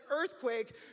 earthquake